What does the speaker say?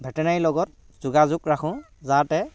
veterinary লগত যোগাযোগ ৰাখোঁ যাওঁতে